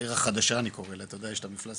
העיר החדשה אני קורא לה, אתה יודע יש את המפלס.